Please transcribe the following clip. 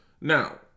Now